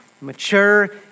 mature